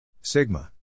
Sigma